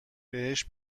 بهش